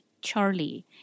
Charlie